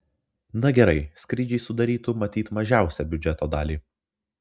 na gerai skrydžiai sudarytų matyt mažiausią biudžeto dalį